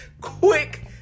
quick